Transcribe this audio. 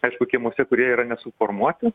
aišku kiemuose kurie yra nesuformuoti